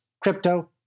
crypto